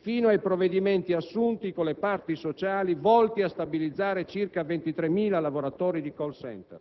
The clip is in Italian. fino ai provvedimenti assunti con le parti sociali volti a stabilizzare circa 23.000 lavoratori di *call center*.